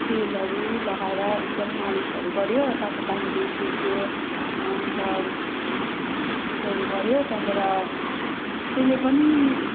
तेलहरू लगाएर एकदम मालिसहरू गऱ्यो तातो पानीले सेक्यो अन्त तेस्तोहरू गऱ्यो त्यहाँबाट तेलले पनि